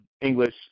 English